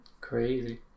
crazy